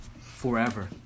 forever